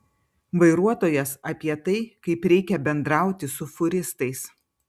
vairuotojas apie tai kaip reikia bendrauti su fūristais